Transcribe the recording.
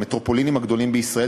המטרופולינים הגדולות בישראל,